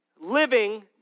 Living